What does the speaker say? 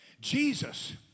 Jesus